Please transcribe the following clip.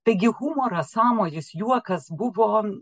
taigi humoras sąmojis juokas buvo